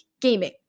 gaming